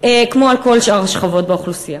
כמו על כל שאר השכבות באוכלוסייה.